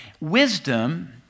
Wisdom